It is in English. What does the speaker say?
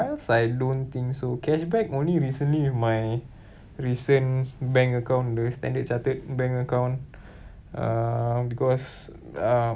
miles I don't think so cashback only recently with my recent bank account with standard chartered bank account uh because uh